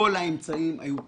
כל האמצעים היו כשרים,